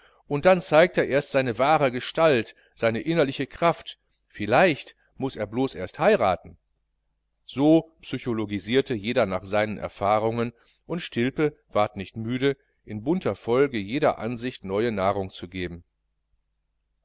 und dann zeigt er erst seine wahre gestalt seine innerliche kraft vielleicht muß er blos erst heiraten so psychologisierte jeder nach seinen erfahrungen und stilpe ward nicht müde in bunter folge jeder ansicht neue nahrung zu geben